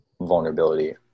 vulnerability